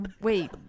Wait